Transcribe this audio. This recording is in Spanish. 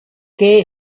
qué